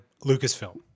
Lucasfilm